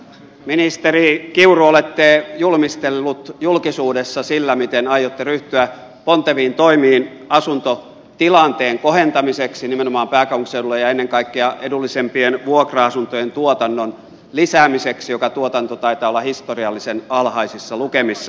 ministeri kiuru olette julmistellut julkisuudessa sillä miten aiotte ryhtyä ponteviin toimiin asuntotilanteen kohentamiseksi nimenomaan pääkaupunkiseudulla ja ennen kaikkea edullisempien vuokra asuntojen tuotannon lisäämiseksi joka tuotanto taitaa olla historiallisen alhaisissa lukemissa